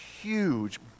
huge